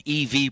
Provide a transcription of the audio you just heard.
EV